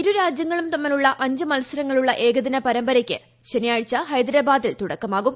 ഇരു രാജ്യങ്ങളും തമ്മിലുള്ള അഞ്ച് മത്സരങ്ങളുള്ള ഏകദിന പരമ്പരയ്ക്ക് ശനിയാഴ്ച ഹൈദരാബാദിൽ തുടക്കമാകും